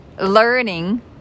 learning